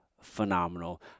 phenomenal